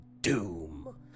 doom